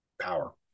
power